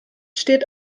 steht